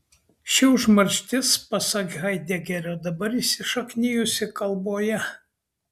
ši užmarštis pasak haidegerio dabar įsišaknijusi kalboje